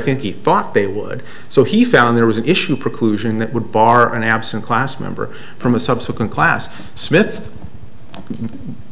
i think he thought they would so he found there was an issue preclusion that would bar an absent class member from a subsequent class smith